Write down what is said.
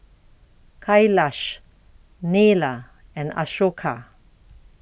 Kailash Neila and Ashoka